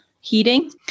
heating